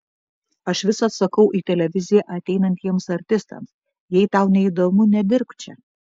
aš visad sakau į televiziją ateinantiems artistams jei tau neįdomu nedirbk čia